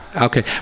Okay